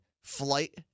flight